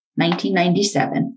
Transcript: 1997